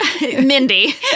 Mindy